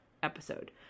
episode